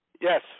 Yes